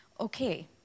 okay